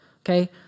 Okay